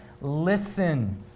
listen